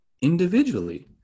individually